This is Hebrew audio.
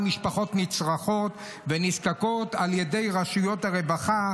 משפחות נצרכות ונזקקות על ידי רשויות הרווחה,